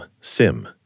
SIM